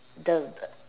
the